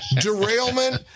derailment